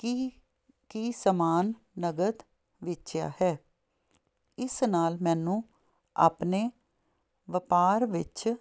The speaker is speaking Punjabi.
ਕੀ ਕੀ ਸਮਾਨ ਨਕਦ ਵੇਚਿਆ ਹੈ ਇਸ ਨਾਲ ਮੈਨੂੰ ਆਪਣੇ ਵਪਾਰ ਵਿੱਚ